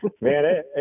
man